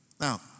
Now